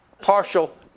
partial